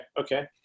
Okay